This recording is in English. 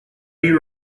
you